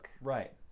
right